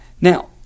Now